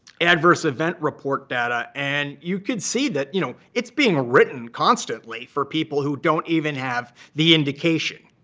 adverse event report data. and you could see that you know it's being written constantly for people who don't even have the indication.